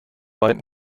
weit